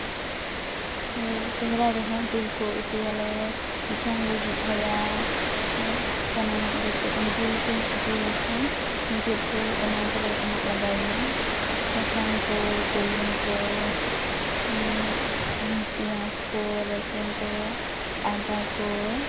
ᱥᱚᱨᱦᱟᱭ ᱨᱮᱦᱚᱸ ᱡᱤᱞ ᱠᱚ ᱩᱛᱩᱭᱟᱞᱮ ᱯᱤᱴᱷᱟᱹ ᱦᱚᱸᱞᱮ ᱯᱤᱴᱷᱟᱹᱭᱟ ᱥᱟᱱᱟᱢᱟᱜ ᱜᱮᱛᱚ ᱤᱧ ᱡᱤᱞ ᱠᱚᱧ ᱩᱛᱩᱭ ᱞᱮᱠᱷᱟᱱ ᱪᱮᱫ ᱠᱚ ᱚᱱᱟ ᱠᱚᱨᱮ ᱮᱢᱟᱜ ᱞᱟᱜᱟᱣᱤᱧᱟ ᱥᱟᱥᱟᱝ ᱠᱚ ᱵᱩᱞᱩᱝ ᱠᱚ ᱯᱮᱸᱭᱟᱡᱽ ᱠᱚ ᱨᱟ ᱥᱩᱱ ᱠᱚ ᱟᱫᱟ ᱠᱚ